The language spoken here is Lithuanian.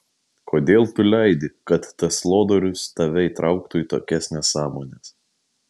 kodėl tu leidi kad tas lodorius tave įtrauktų į tokias nesąmones